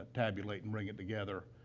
tabulate and bring it together,